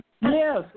Yes